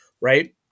right